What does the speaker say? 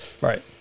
Right